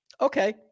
Okay